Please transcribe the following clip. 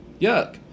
Yuck